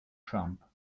trump